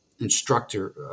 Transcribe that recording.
instructor